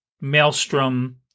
Maelstrom